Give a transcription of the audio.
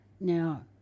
Now